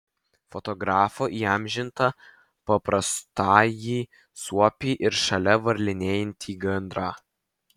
fotografo įamžintą paprastąjį suopį ir šalia varlinėjantį gandrą